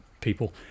people